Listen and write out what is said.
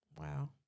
wow